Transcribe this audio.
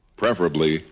preferably